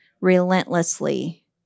relentlessly